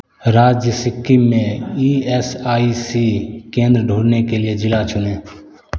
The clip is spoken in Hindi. राज्य सिक्किम में ई एस आई सी केंद्र ढूँढने के लिए जिला चुनें